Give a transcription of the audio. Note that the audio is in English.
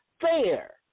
fair